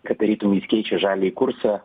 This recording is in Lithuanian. kad tarytum jis keičia žaliąjį kursą